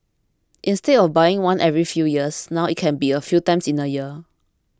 instead of buying one every few years now it can be a few times in a year